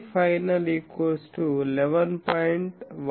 కాబట్టి 11